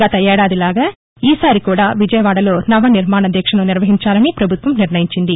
గత ఏడాదిలాగే ఈసారి కూడా విజయవాడలో నవనిర్మాణ దీక్షను నిర్వహించాలని ప్రభుత్వం నిర్ణయించింది